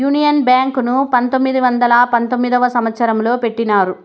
union Bank ను పంతొమ్మిది వందల పంతొమ్మిదవ సంవచ్చరంలో పెట్టినారు